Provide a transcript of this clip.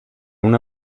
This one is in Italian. una